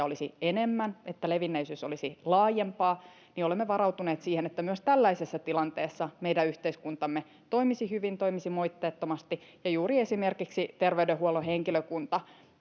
olisi enemmän että levinneisyys olisi laajempaa olemme varautuneet siihen että myös tällaisessa tilanteessa meidän yhteiskuntamme toimisi hyvin toimisi moitteettomasti ja esimerkiksi juuri terveydenhuollon henkilökunta